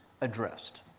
addressed